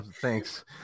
thanks